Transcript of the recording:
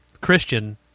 Christian